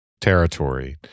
territory